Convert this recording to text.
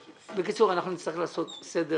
בקיצור, אנחנו נצטרך לעשות סדר